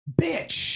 bitch